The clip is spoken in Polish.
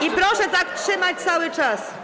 I proszę tak trzymać cały czas.